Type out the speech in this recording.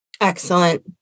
Excellent